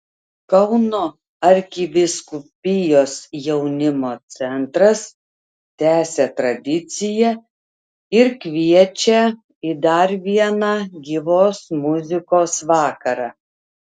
kauno arkivyskupijos jaunimo centras tęsia tradiciją ir kviečią į dar vieną gyvos muzikos vakarą